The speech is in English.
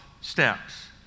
steps